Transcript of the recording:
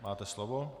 Máte slovo.